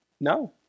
No